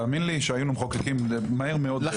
תאמין לי שהיינו מחוקקים מהר מאוד.